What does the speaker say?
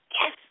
yes